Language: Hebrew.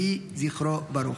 יהי זכרו ברוך.